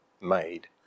made